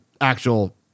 actual